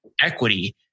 equity